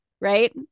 Right